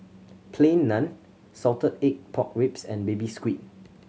Plain Naan salted egg pork ribs and Baby Squid